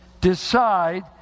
decide